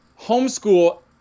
homeschool